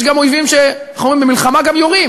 יש גם אויבים ש, איך אומרים, במלחמה גם יורים.